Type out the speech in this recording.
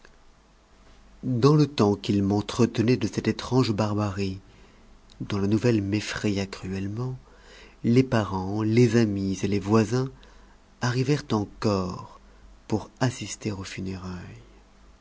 dans le temps qu'il m'entretenait de cette étrange barbarie dont la nouvelle m'effraya cruellement les parents les amis et les voisins arrivèrent en corps pour assister aux funérailles